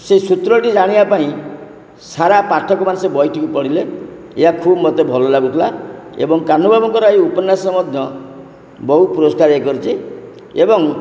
ସେ ସୂତ୍ରଟି ଜାଣିବା ପାଇଁ ସାରା ପାଠକମାନେ ସେ ବହିଟିକୁ ପଢ଼ିଲେ ଏହା ଖୁବ ମତେ ଭଲ ଲାଗୁଥୁଲା ଏବଂ କାହ୍ନୁ ବାବୁଙ୍କର ଏହି ଉପନ୍ୟାସ ମଧ୍ୟ ବହୁ ପୁରସ୍କାର ଇଏ କରିଛି ଏବଂ